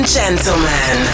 gentlemen